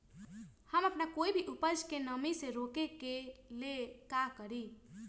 हम अपना कोई भी उपज के नमी से रोके के ले का करी?